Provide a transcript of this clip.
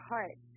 Heart